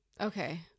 Okay